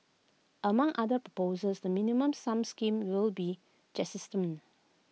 among other proposals the minimum sum scheme will be jettisoned